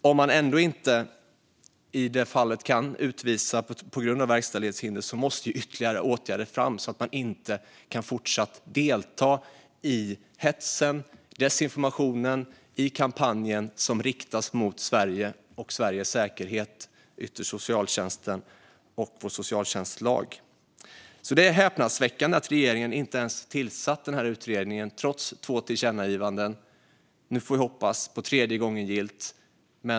Om man ändå inte i det fallet kan utvisa på grund av verkställighetshinder måste ytterligare åtgärder fram så att han inte kan fortsätta att delta i hets, desinformation och kampanjer som riktas mot Sverige och Sveriges säkerhet, ytterst socialtjänsten och vår socialtjänstlag. Det är därför häpnadsväckande att regeringen inte ens har tillsatt den här utredningen trots två tillkännagivanden. Nu får vi hoppas på tredje gången gillt.